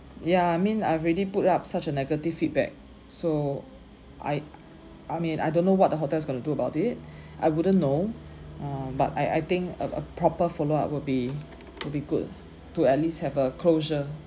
ya I mean I've already put up such a negative feedback so I I mean I don't know what the hotel's going to do about it I wouldn't know uh but I I think a a proper follow up will be will be good to at least have a closure